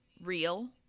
real